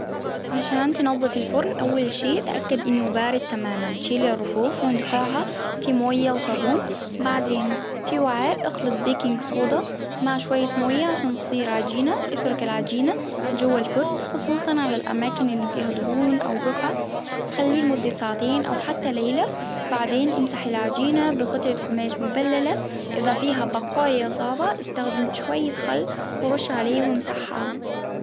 عشان تنظفي الفرن اول شي تأكدي انه بارد تماما شيلي الرفوف وانقاعها في موية وصابون بعدين في وعاء اخلط بيكنج صودا مع شوية مية عشان تصير عجينة افرك العجينة جوة الفرن خصوصا على الاماكن اللي فيها دهون او بقع خليه لمدة ساعتين او حتى ليلة بعدين امسحي العجينة بقطعة قماش مبللة. اذا فيها بقايا صعبة استخدمت شوية خل ورش عليه وامسحها